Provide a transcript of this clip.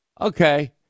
Okay